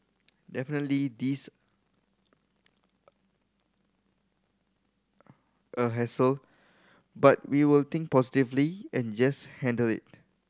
definitely this a hassle but we will think positively and just handle it